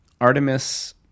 Artemis